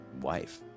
wife